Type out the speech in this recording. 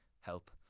help